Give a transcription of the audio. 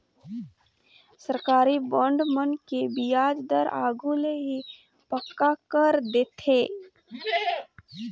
सरकारी बांड मन के बियाज दर आघु ले ही पक्का कर देथे